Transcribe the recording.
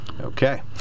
Okay